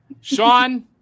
Sean